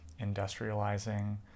industrializing